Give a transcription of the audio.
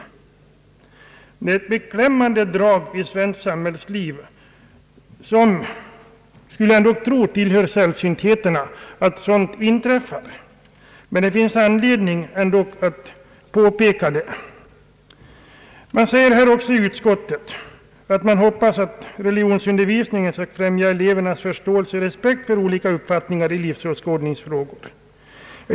Detta är ett beklämmande drag i svenskt samhällsliv som, skulle jag dock tro, tillhör sällsyntheterna, men det finns anledning att påpeka vad som skett. Utskottet hoppas att religionsundervisningen skall främja elevernas förståelse och respekt för olika uppfattningar i livsåskådningsfrågor.